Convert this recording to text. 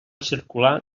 circular